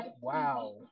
Wow